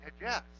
yes